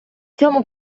цьому